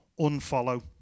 unfollow